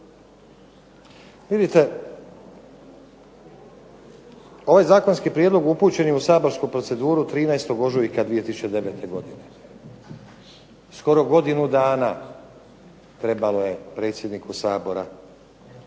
Vidite, ovaj zakonski prijedlog upućen je u saborsku proceduru 13. ožujka 2009. godine. Skoro godinu dana trebalo je predsjedniku Sabora